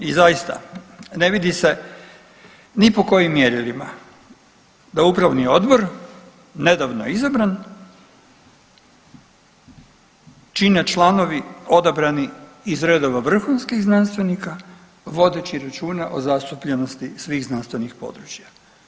I zaista ne vidi se ni po kojim mjerilima da upravni odbor nedavno izabran čine članovi odabrani iz redova vrhunskih znanstvenika vodeći računa o zastupljenosti svih znanstvenih područja.